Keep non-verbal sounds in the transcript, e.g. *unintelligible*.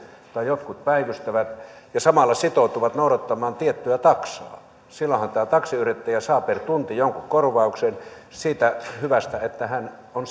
tai jotkut päivystävät ja samalla sitoutuvat noudattamaan tiettyä taksaa silloinhan tämä taksiyrittäjä saa per tunti jonkun korvauksen siitä hyvästä että hän on *unintelligible*